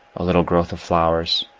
a little growth of flowers.